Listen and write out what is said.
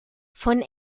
von